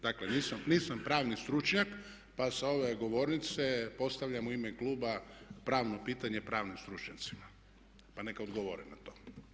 Dakle nisam pravni stručnjak pa sa ove govornice postavljam u ime kluba pravno pitanje pravnim stručnjacima pa neka odgovore na to.